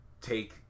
take